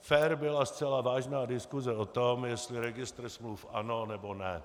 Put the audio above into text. Fér byla zcela vážná diskuse o tom, jestli registr smluv ano, nebo ne.